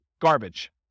garbage